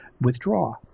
withdraw